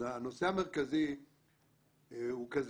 הנושא המרכזי הוא כזה,